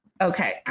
Okay